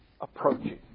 approaching